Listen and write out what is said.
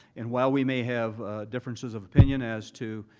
and while we may have differences of opinion as to